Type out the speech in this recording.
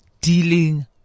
dealing